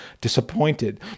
disappointed